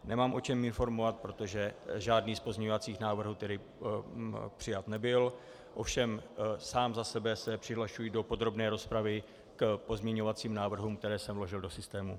Nemám o čem informovat, protože žádný z pozměňovacích návrhů přijat nebyl, ovšem sám za sebe se přihlašuji do podrobné rozpravy k pozměňovacím návrhům, které jsem vložil do systému.